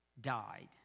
died